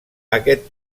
aquest